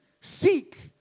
Seek